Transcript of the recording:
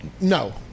No